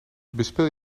bespeel